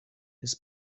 his